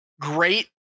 great